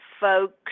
folks